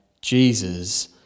Jesus